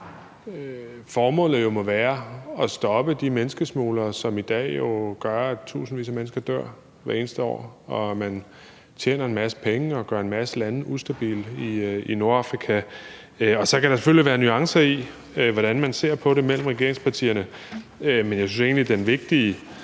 formålet jo må være at stoppe de menneskesmuglere, som i dag gør, at tusindvis af mennesker dør hvert eneste år, og som tjener en masse penge og gør en masse lande ustabile i Nordafrika. Så kan der selvfølgelig være nuancer i, hvordan man ser på det i regeringspartierne, men jeg synes egentlig, den vigtige